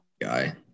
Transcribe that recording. guy